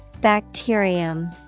Bacterium